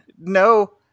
No